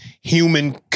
human